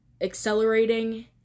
accelerating